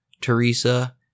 Teresa